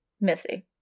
Missy